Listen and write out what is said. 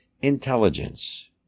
intelligence